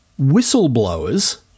whistleblowers